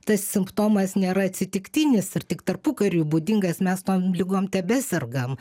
tas simptomas nėra atsitiktinis ir tik tarpukariui būdingas mes tom ligom tebesergam